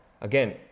Again